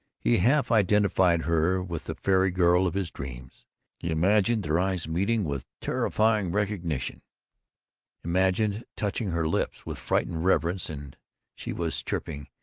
he half identified her with the fairy girl of his dreams. he imagined their eyes meeting with terrifying recognition imagined touching her lips with frightened reverence and she was chirping,